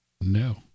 no